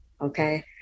Okay